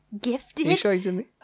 Gifted